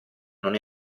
non